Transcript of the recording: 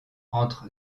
entre